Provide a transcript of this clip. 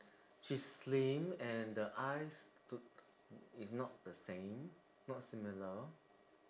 she's slim and the eyes is not the same not similar